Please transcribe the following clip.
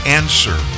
answer